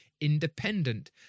independent